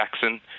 Jackson